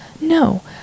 No